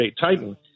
Titan